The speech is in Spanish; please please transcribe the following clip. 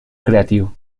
creativo